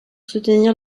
soutenir